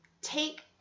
take